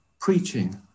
preaching